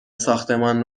ساختمان